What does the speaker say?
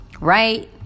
Right